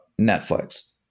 Netflix